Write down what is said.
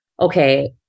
okay